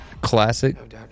classic